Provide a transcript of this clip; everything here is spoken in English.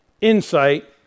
insight